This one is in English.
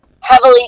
heavily